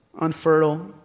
unfertile